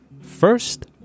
First